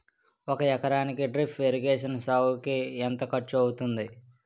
ఒక ఎకరానికి drip irrigation సాగుకు ఎంత ఖర్చు అవుతుంది?